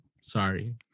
sorry